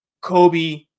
Kobe